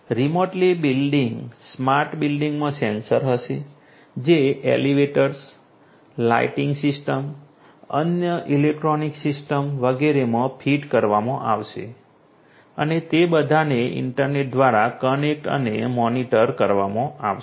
remotely building smart બિલ્ડીંગમાં sensor હશે જે એલિવેટર્સ લાઇટિંગ સિસ્ટમ્સ અન્ય ઈલેક્ટ્રોનિક સિસ્ટમ્સ વગેરેમાં ફીટ કરવામાં આવશે અને તે બધાને ઈન્ટરનેટ દ્વારા કનેક્ટ અને મોનિટર કરવામાં આવશે